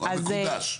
הדבר המקודש?